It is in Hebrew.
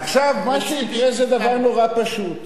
עכשיו, מה שיקרה זה דבר נורא פשוט,